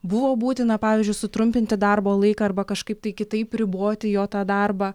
buvo būtina pavyzdžiui sutrumpinti darbo laiką arba kažkaip kitaip riboti jo tą darbą